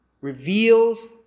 reveals